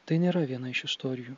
tai nėra viena iš istorijų